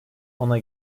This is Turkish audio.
ona